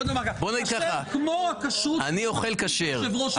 כשר כמו הכשרות --- יושב-ראש המפלגה שלו.